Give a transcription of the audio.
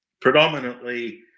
Predominantly